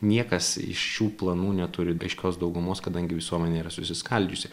niekas iš šių planų neturi ryškios daugumos kadangi visuomenė yra susiskaldžiusi